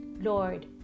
Lord